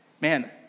man